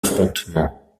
affrontements